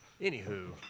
Anywho